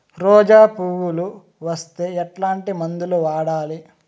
రోజా పువ్వులు వస్తే ఎట్లాంటి మందులు వాడాలి?